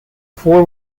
four